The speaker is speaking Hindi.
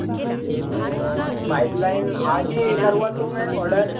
जी जी तो पाइप लाइन आज ही करवा दूँ मैं ऑर्डर